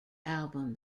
album